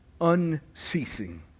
unceasing